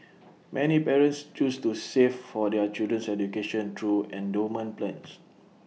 many parents choose to save for their children's education through endowment plans